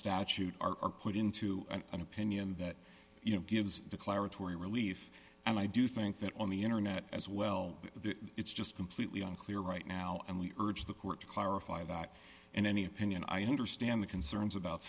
statute are put into an opinion that you know gives declaratory relief and i do think that on the internet as well it's just completely unclear right now and we urge the court to clarify that in any opinion i understand the concerns about